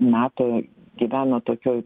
nato gyveno tokioj